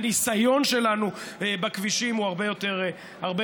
הניסיון שלנו בכבישים הוא הרבה יותר הרבה